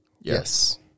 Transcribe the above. Yes